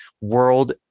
world